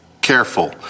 careful